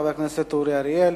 חבר הכנסת אורי אריאל.